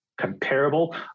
comparable